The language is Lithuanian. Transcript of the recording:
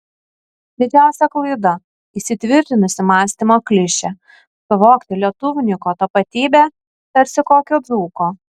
didžiausia klaida įsitvirtinusi mąstymo klišė suvokti lietuvninko tapatybę tarsi kokio dzūko